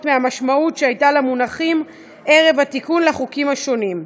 מהמשמעות שהייתה למונחים ערב התיקון לחוקים השונים.